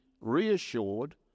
reassured